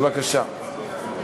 בבקשה.